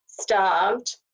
starved